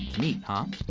neat, huh?